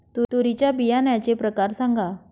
तूरीच्या बियाण्याचे प्रकार सांगा